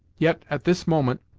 yet, at this moment,